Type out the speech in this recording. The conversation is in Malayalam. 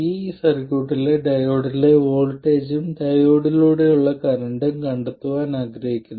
ഈ സർക്യൂട്ടിലെ ഡയോഡിലെ വോൾട്ടേജും ഡയോഡിലൂടെയുള്ള കറന്റും കണ്ടെത്താൻ ഞാൻ ആഗ്രഹിക്കുന്നു